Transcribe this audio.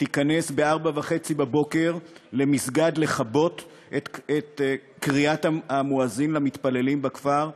תיכנס ב-04:30 למסגד כדי לכבות את קריאת המואזין למתפללים בכפר?